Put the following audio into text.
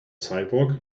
sidewalk